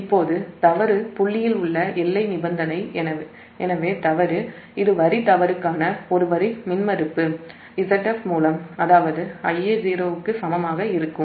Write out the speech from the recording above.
இப்போது தவறு புள்ளியில் உள்ள எல்லை நிபந்தனை எனவே தவறு இது வரி தவறுக்கான Zf மூலம் ஒரு வரி மின்மறுப்பு அதாவது Ia 0 க்கு சமமாக இருக்கும்